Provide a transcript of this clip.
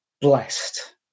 blessed